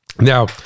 now